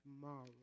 tomorrow